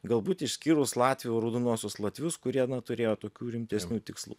galbūt išskyrus latvių raudonuosius latvius kurie turėjo tokių rimtesnių tikslų